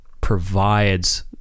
provides